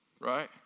Right